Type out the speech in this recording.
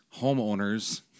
homeowners